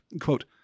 Quote